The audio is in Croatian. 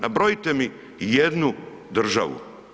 Nabrojite mi jednu državu.